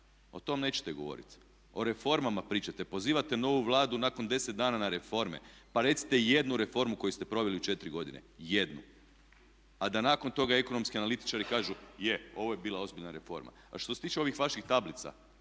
O tom nećete govoriti. O reformama pričate, pozivate novu Vladu nakon 10 dana na reforme. Pa recite i jednu reformu koju ste proveli u četiri godine? Jednu? A da nakon toga ekonomski analitičari kažu, je ovo je bila ozbiljna reforma. A što se tiče ovih vaših tablica,